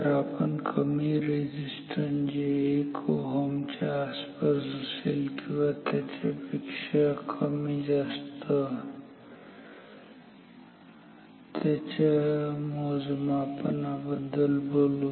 तर आपण कमी रेझिस्टन्स जे 1Ω च्या आसपास असेल किंवा त्याच्यापेक्षा कमी जास्त त्याच्या मोजमापनाबद्दल बोलू